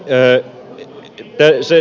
arvoisa puhemies